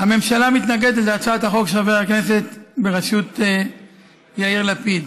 הממשלה מתנגדת להצעת החוק של חברי הכנסת בראשות יאיר לפיד.